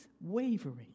wavering